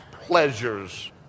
pleasures